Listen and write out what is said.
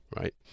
right